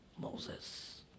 Moses